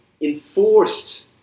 enforced